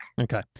Okay